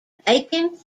aiken